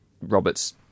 Roberts